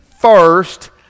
first